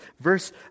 Verse